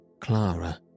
Clara